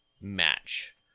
match